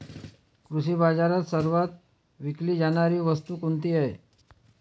कृषी बाजारात सर्वात विकली जाणारी वस्तू कोणती आहे?